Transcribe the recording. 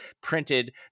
printed